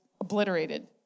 obliterated